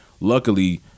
Luckily